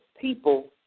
people